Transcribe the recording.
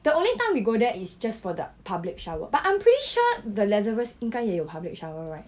the only time we go there is just for the public shower but I'm pretty sure the lazarus 应该也有 public shower right